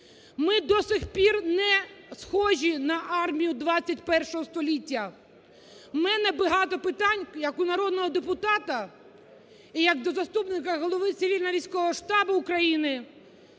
Ми до сих пір не схожі на армію ХХІ століття. У мене багато питань як у народного депутата і як заступника голови Цивільно-військового штабу України